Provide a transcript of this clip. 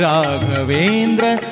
Raghavendra